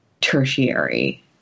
tertiary